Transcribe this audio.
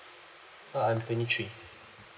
uh I'm twenty three